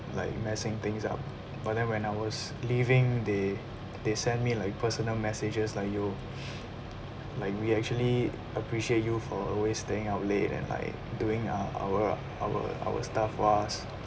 like messing things up but then when I was leaving they they sent me like personal messages like yo like we actually appreciate you for always staying up late and like doing our our our our staff ros~